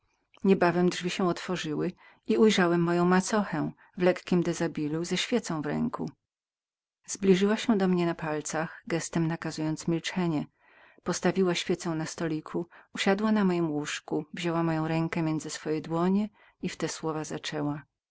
niebawem drzwi się otworzyły i ujrzałem moję macochę w lekkim podwłośniku ze świecą w ręku zbliżyła się do mnie na palcach postawiła świecę na stoliku usiadła obok mnie wzięła moją rękę między swoje dłonie i w te słowa zaczęła